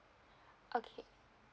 okay